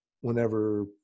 whenever